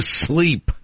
sleep